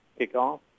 Kickoff